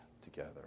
together